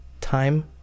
time